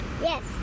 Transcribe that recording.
Yes